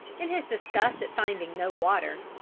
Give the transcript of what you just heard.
in his disgust at finding no water,